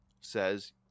says